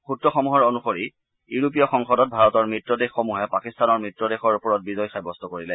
সূত্ৰসমূহৰ অনুসৰি ইউৰোপীয় সংসদত ভাৰতৰ মিত্ৰ দেশসমূহে পাকিস্তানৰ মিত্ৰ দেশৰ ওপৰত বিজয় সাব্যস্ত কৰিলে